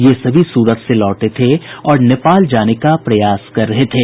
ये सभी सूरत से लौटे थे और नेपाल जाने का प्रयास कर रहे थे